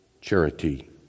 charity